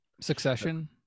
Succession